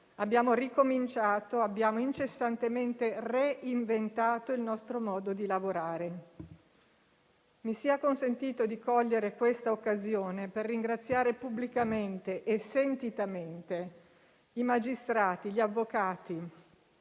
abbiamo ricominciato e incessantemente reinventato il nostro modo di lavorare. Mi sia consentito di cogliere questa occasione per ringraziare pubblicamente e sentitamente i magistrati, gli avvocati,